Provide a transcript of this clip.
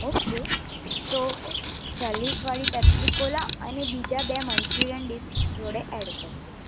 okay તો ચાલીસવાળી Pepsi cola અને બીજા બે મંચુરિયન ડીશ જોડે એડ કરી દેશો